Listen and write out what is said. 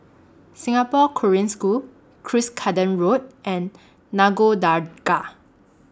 Singapore Korean School Cuscaden Road and Nagore Dargah